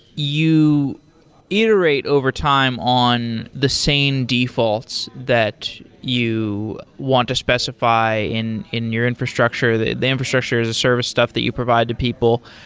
you iterate over time on the same defaults that you want to specify in in your infrastructure, the the infrastructure as a service stuff that you provide to people.